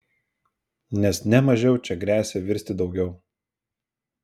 nes ne mažiau čia gresia virsti daugiau